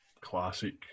classic